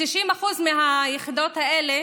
כ-90% מהיחידות האלה